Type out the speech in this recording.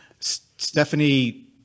Stephanie